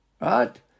Right